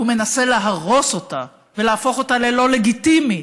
הוא מנסה להרוס אותה ולהפוך אותה ללא לגיטימית